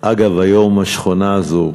אגב, היום השכונה הזאת,